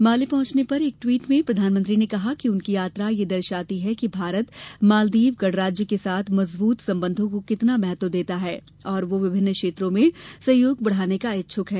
माले पहंचने पर एक टवीट में प्रधानमंत्री ने कहा कि उनकी यात्रा यह दर्शाती है कि भारत मालदीव गणराज्य के साथ मजबूत संबंधों को कितना महत्व देता है और वह विभिन्न क्षेत्रों में सहयोग बढ़ाने का इच्छ्क है